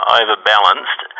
overbalanced